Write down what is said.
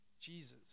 Jesus